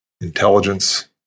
intelligence